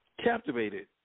Captivated